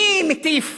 מי מטיף